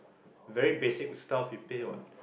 very basic stuff you pay what